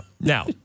Now